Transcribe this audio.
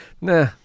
Nah